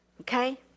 Okay